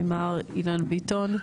מר אילן ביטון.